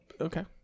okay